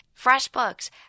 FreshBooks